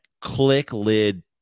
click-lid